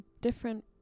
different